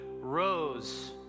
rose